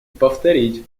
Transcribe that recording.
повторить